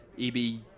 EB